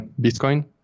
Bitcoin